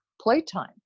playtime